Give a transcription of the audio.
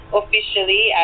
officially